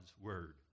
word